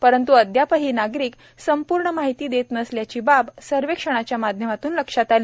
परंत् अद्यापही नागरिक संपूर्ण माहिती देत नसल्याची बाब सर्व्हेक्षणाच्या माध्यमातून लक्षात आली